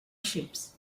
ships